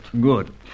Good